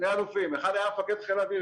אחד היה מפקד חיל האוויר,